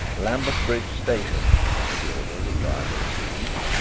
lambeth bridge station was the order the driver received.